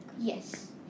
Yes